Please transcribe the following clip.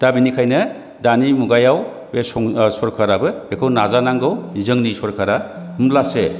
दा बेनिखायनो बे मुगायाव बे ओ सराकाराबो बेखौ नाजानांगौ जोंनि सरकारा होमब्लासो